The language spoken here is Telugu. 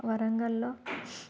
వరంగల్లో